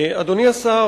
אדוני השר,